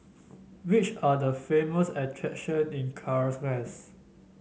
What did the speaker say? which are the famous attractions in Caracas